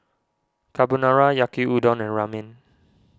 Carbonara Yaki Udon and Ramen